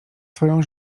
twoją